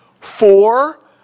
four